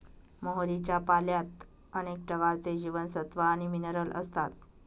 मोहरीच्या पाल्यात अनेक प्रकारचे जीवनसत्व आणि मिनरल असतात